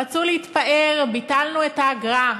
רצו להתפאר: ביטלנו את האגרה.